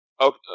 Okay